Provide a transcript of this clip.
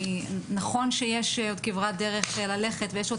נכון שיש עוד כברת דרך ללכת ויש עוד